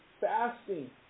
fasting